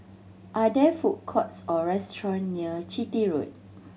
are there food courts or restaurants near Chitty Road